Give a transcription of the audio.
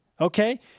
Okay